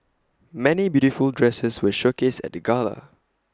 many beautiful dresses were showcased at the gala